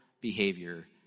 behavior